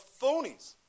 phonies